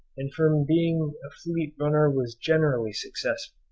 and from being a fleet runner was generally successful